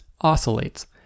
oscillates